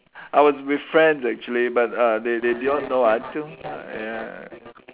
I was with friends actually but uh they they did not know until ya